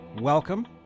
Welcome